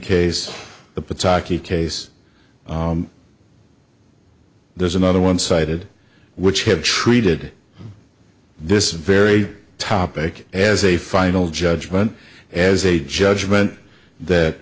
case the pataki case there's another one sided which had treated this very topic as a final judgment as a judgment that